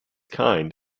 kind